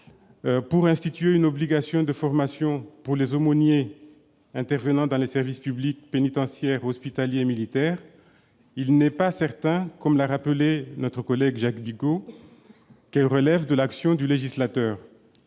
pour instituer une obligation de formation pour les aumôniers intervenant dans les services publics pénitentiaires, hospitaliers et militaires, il n'est pas certain, comme l'a rappelé notre collègue Jacques Bigot, qu'elle relève de l'action du législateur.